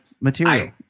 material